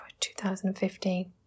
2015